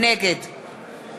נגד